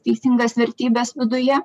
teisingas vertybes viduje